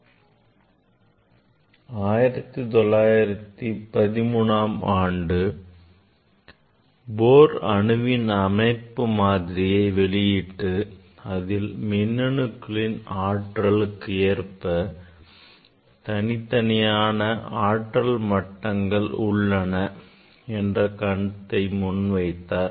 1913ஆம் ஆண்டு Bohr அணுவின் அமைப்பு மாதிரியை வெளியிட்டு அதில் மின்னணுக்களின் ஆற்றலுக்கு ஏற்ப தனித்தனியான ஆற்றல் மட்டங்கள் உள்ளன என்ற கருத்தை முன்வைத்தார்